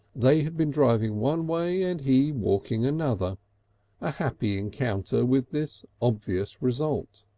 they had been driving one way and he walking another a happy encounter with this obvious result.